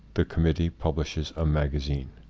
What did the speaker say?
the committee publishes a magazine,